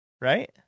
right